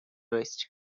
east